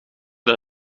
dat